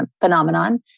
phenomenon